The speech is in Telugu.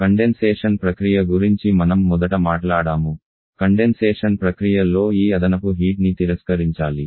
కండెన్సేషన్ ప్రక్రియ గురించి మనం మొదట మాట్లాడాము కండెన్సేషన్ ప్రక్రియ లో ఈ అదనపు హీట్ ని తిరస్కరించాలి